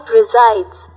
resides